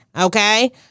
Okay